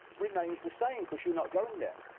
remains the same because you're not going there.